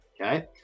Okay